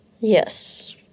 Yes